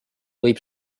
võib